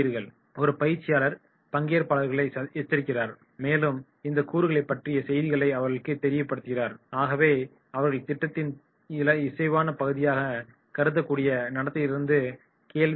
ஒரு பயிற்சியாளர் பங்கேற்பாளர்களை எச்சரிக்கிறார் மேலும் இந்த கூறுகளைப் பற்றிய செய்திகளை அவர்களுக்கு தெரியப்படுத்துகிறார் ஆகவே அவர்கள் திட்டத்தின் இசைவான பகுதியாக கருதக்கூடிய நடத்தையிலிருந்து விலகி இருக்க வேண்டும்